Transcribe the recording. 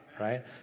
right